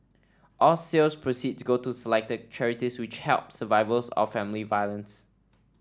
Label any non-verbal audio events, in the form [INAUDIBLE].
all sales proceeds go to selected charities which help survivors of family violence [NOISE]